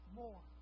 more